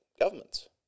governments